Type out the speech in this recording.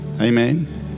Amen